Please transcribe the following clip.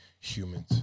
humans